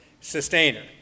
sustainer